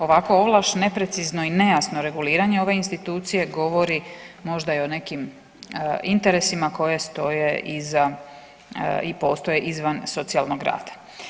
Ovako ovlaš neprecizno i nejasno reguliranje ove institucije govori možda i o nekim interesima koji stoje iza i postoje izvan socijalnog rada.